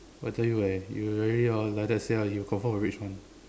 !wah! I tell you leh you really orh like that say ah he will confirm will rage [one]